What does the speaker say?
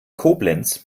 koblenz